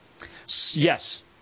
Yes